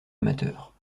amateur